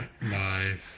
nice